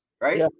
right